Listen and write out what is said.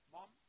Mom